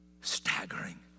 staggering